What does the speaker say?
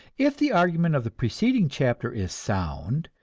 if the argument of the preceding chapter is sound,